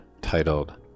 titled